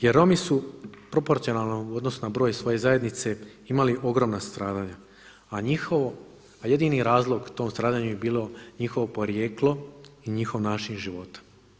Jer Romi su proporcionalno u odnosu na broj svoje zajednice imali ogromna stradanja a njihovo, a jedini razlog tom stradanju je bilo njihovo porijeklo i njihov način života.